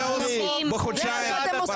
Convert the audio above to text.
ולדימיר, אולי את החלק השני תאהב?